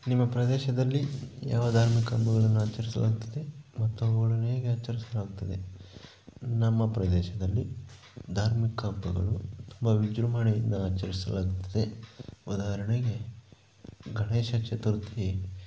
ನಿಮ್ಮ ಪ್ರದೇಶದಲ್ಲಿ ಯಾವ ಧಾರ್ಮಿಕ ಹಬ್ಬಗಳನ್ನು ಆಚರಿಸಲಾಗುತ್ತದೆ ಮತ್ತು ಅವುಗಳನ್ನು ಹೇಗೆ ಆಚರಿಸಲಾಗ್ತದೆ ನಮ್ಮ ಪ್ರದೇಶದಲ್ಲಿ ಧಾರ್ಮಿಕ ಹಬ್ಬಗಳು ತುಂಬ ವಿಜೃಂಭಣೆಯಿಂದ ಆಚರಿಸಲಾಗ್ತದೆ ಉದಾಹರಣೆಗೆ ಗಣೇಶ ಚತುರ್ಥಿ